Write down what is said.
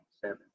seven